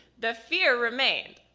the fear remained.